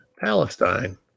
Palestine